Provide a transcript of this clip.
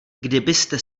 kdybyste